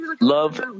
love